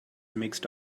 mixed